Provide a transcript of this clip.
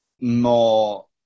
more